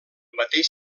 mateix